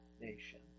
nation